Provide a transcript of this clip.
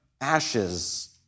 ashes